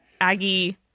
Aggie